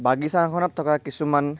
বাগিচাখনত থকা কিছুমান